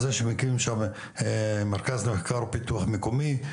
על זה שמקימים שם מרכז מחקר ופיתוח מקומי.